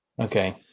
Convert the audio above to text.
okay